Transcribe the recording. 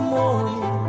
morning